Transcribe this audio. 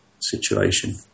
situation